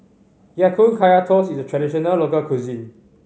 Ya Kun Kaya Toast is a traditional local cuisine